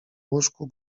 łóżku